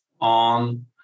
on